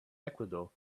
ecuador